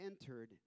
entered